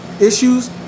issues